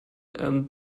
and